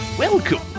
Welcome